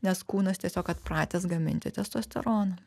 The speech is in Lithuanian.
nes kūnas tiesiog atpratęs gaminti testosteroną